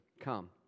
Come